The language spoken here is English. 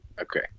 Okay